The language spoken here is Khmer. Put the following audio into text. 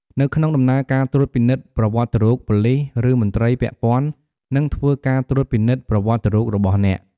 នៅក្នុងដំណើរការត្រួតពិនិត្យប្រវត្តិរូបប៉ូលីស ឬមន្ត្រីពាក់ព័ន្ធនឹងធ្វើការត្រួតពិនិត្យប្រវត្តិរូបរបស់អ្នក។